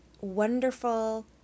wonderful